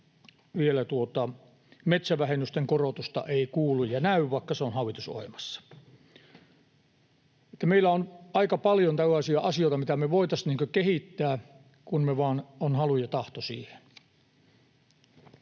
vielä metsävähennysten korotusta ei kuulu eikä näy, vaikka se on hallitusohjelmassa. Niin että meillä on aika paljon tällaisia asioita, mitä me voitaisiin kehittää, kun meillä vain on halu ja tahto siihen.